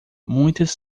muitas